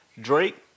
Drake